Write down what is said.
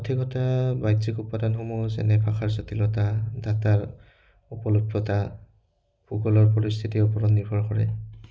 বাহ্যিক উপাদানসমূহ যেনে ভাষাৰ জটিলতা ডাটাৰ উপলব্ধতা ভূগোলৰ পৰিস্থিতিৰ ওপৰত নিৰ্ভৰ কৰে